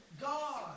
God